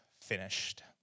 finished